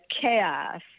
chaos